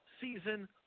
season